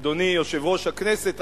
אדוני יושב-ראש הכנסת,